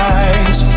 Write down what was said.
eyes